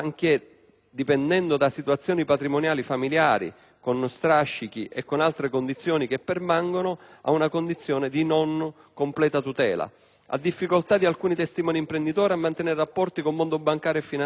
dipendendo da situazioni patrimoniali familiari con strascichi e con altre condizioni che permangono, una condizione di non completa tutela. Si fa riferimento a difficoltà di alcuni testimoni ed imprenditori a mantenere rapporti con il mondo bancario e finanziario,